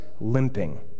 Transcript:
limping